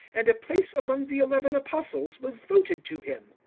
and a place among the eleven apostles was voted to him.